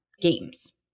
games